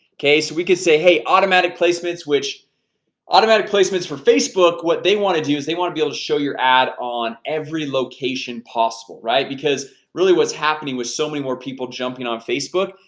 okay, so we could say hey automatic placements, which automatic placements for facebook. what they want to do is they want to be able to show your ad on every location possible, right? because really what's happening with so many more people jumping on facebook.